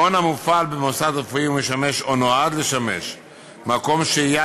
מעון המופעל במוסד רפואי ומשמש או נועד לשמש מקום שהייה